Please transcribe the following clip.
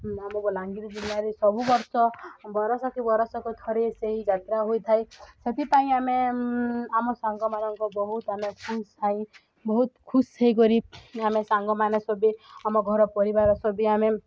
ଆମ ବଲାଙ୍ଗୀର ଜିଲ୍ଲାରେ ସବୁ ବର୍ଷ ବରଷ କି ବର୍ଷକୁ ଥରେ ସେଇ ଯାତ୍ରା ହୋଇଥାଏ ସେଥିପାଇଁ ଆମେ ଆମ ସାଙ୍ଗମାନଙ୍କ ବହୁତ ଆମେ ଖୁସି ହୋଇ ବହୁତ ଖୁସି ହେଇକରି ଆମେ ସାଙ୍ଗମାନେ ସଭିିଏଁ ଆମ ଘର ପରିବାର ସଭିିଏଁ ଆମେ